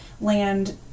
land